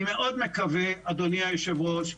אדוני היושב-ראש,